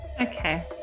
Okay